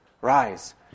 Rise